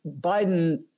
Biden